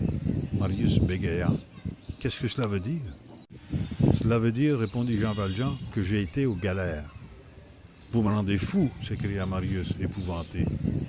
marius bégaya qu'est-ce que cela veut dire cela veut dire répondit jean valjean que j'ai été aux galères vous me rendez fou s'écria marius épouvanté